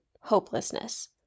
hopelessness